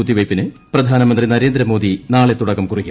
കുത്തിവയ്പ്പിന് പ്രധാനമന്ത്രി നരേന്ദ്ര മോദി നാളെ തുടക്കം കുറിക്കും